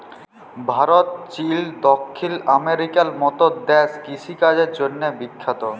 Bharat, Chile, দখ্খিল আমেরিকার মত দ্যাশ কিষিকাজের জ্যনহে বিখ্যাত